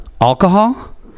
alcohol